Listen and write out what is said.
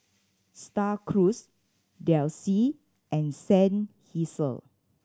Star Cruise Delsey and Seinheiser